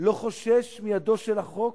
לא חושש מידו של החוק,